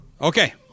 Okay